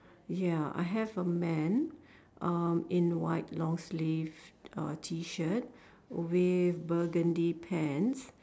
ya I have a man uh in white long sleeve uh T shirt with burgundy pants